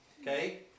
Okay